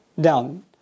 down